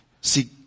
See